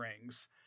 Rings